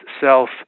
self